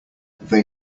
they